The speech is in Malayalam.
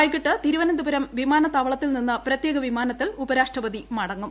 വൈകിട്ട് തിരുവനന്തപുരം വിമാനത്താവളത്തിൽ നിന്ന് പ്രത്യേക വിമാനത്തിൽ ഉപരാഷ്ട്രപ്പതി മുടങ്ങും